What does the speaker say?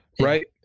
Right